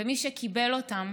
ומי שקיבל אותם